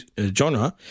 genre